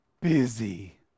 busy